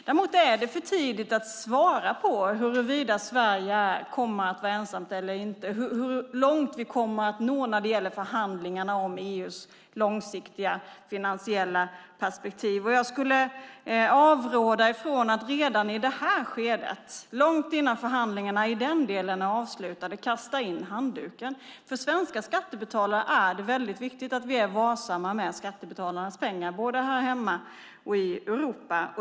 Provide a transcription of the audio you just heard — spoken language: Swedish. Däremot är det för tidigt att svara på huruvida Sverige kommer att vara ensamt eller inte och hur långt vi kommer att nå i förhandlingarna om EU:s långsiktiga finansiella perspektiv. Jag skulle avråda från att redan i det här skedet, långt innan förhandlingarna är avslutade, kasta in handduken. För svenska skattebetalare är det väldigt viktigt att vi är varsamma med skattebetalarnas pengar. Det gäller både här hemma och i Europa.